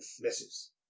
misses